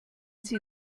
sie